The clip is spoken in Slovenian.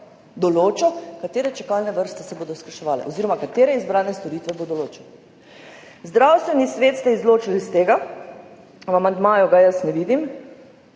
določal, katere čakalne vrste se bodo skrajševale oziroma katere izbrane storitve bo določil. Zdravstveni svet ste izločili iz tega, v amandmaju ga jaz ne vidim.